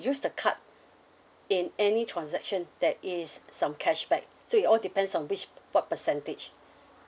use the card in any transaction there is some cashback so it all depends on which what percentage